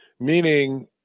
Meaning